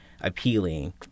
appealing